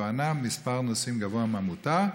בתואנה שמספר נוסעים גבוה מהמותר,